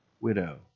widow